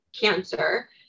cancer